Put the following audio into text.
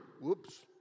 Whoops